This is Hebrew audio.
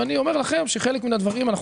ואני אומר לכם שאת חלק מן הדברים אנחנו